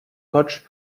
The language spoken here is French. coach